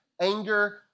anger